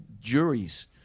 juries